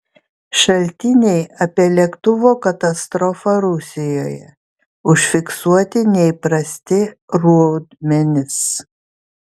šaltiniai apie lėktuvo katastrofą rusijoje užfiksuoti neįprasti rodmenys